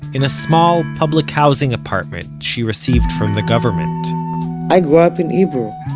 in a small public-housing apartment she received from the government i grew up in hebrew.